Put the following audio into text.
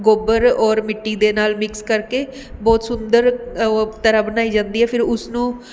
ਗੋਬਰ ਔਰ ਮਿੱਟੀ ਦੇ ਨਾਲ਼ ਮਿਕਸ ਕਰਕੇ ਬਹੁਤ ਸੁੰਦਰ ਉਹ ਤਰ੍ਹਾਂ ਬਣਾਈ ਜਾਂਦੀ ਹੈ ਫਿਰ ਉਸ ਨੂੰ